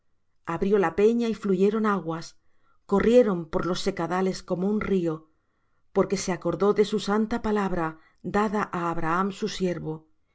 abrió la peña y fluyeron aguas corrieron por los secadales como un río porque se acordó de su santa palabra dada á abraham su siervo